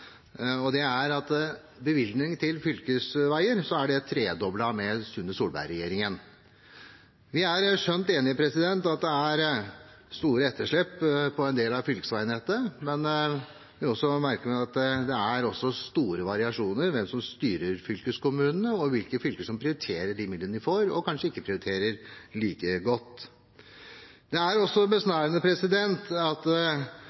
å vise til at bevilgningene til fylkesveier er tredoblet under Solberg-regjeringen. Vi er skjønt enige om at det er store etterslep på en del av fylkesveinettet, men jeg har også merket meg at det er store variasjoner i hvem som styrer fylkeskommunene, og hvordan fylkene prioriterer de midlene de får, og at de kanskje ikke prioriterer like godt. Det er også